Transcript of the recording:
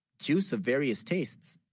juice of various tastes,